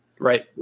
Right